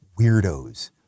weirdos